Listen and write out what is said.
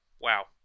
Wow